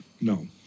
No